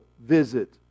visit